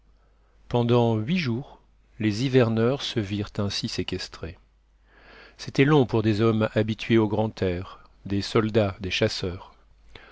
pendant huit jours les hiverneurs se virent ainsi séquestrés c'était long pour des hommes habitués au grand air des soldats des chasseurs